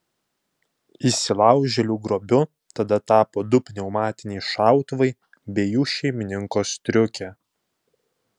įsilaužėlių grobiu tada tapo du pneumatiniai šautuvai bei jų šeimininko striukė